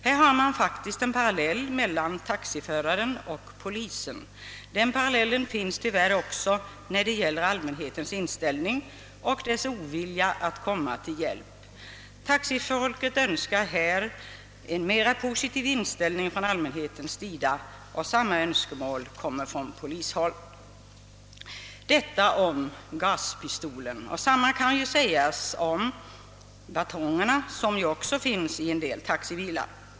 Där har vi faktiskt en parallell mellan taxiföraren och polisen. Den parallellen finns tyvärr ock så när det gäller allmänhetens inställning och ovilja att komma till hjälp. Taxifolket önskar en mera positiv inställning från allmänhetens sida, och samma önskemål har framkommit från polishåll. Vad jag här anfört om gaspistolen kan i stort sett också sägas om batongen, som också finns i en del taxibilar.